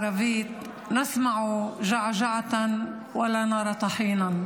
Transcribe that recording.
(אומרת בערבית: אנחנו שומעים רעש אבל לא רואים קמח.)